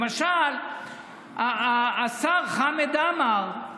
למשל, השר חמד עמאר,